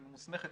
היא ממוסמכת,